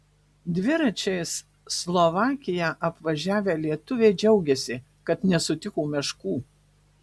dviračiais slovakiją apvažiavę lietuviai džiaugiasi kad nesutiko meškų